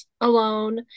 alone